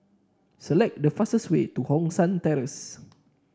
select the fastest way to Hong San Terrace